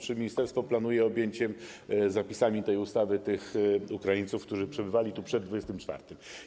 Czy ministerstwo planuje objęcie przepisami tej ustawy tych Ukraińców, którzy przebywali tu przed 24 lutego?